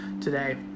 Today